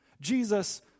Jesus